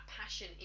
passion